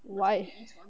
why